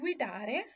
guidare